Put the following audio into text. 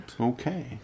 Okay